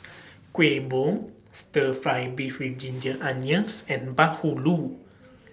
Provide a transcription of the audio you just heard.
Kuih Bom Stir Fry Beef with Ginger Onions and Bahulu